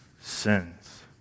sins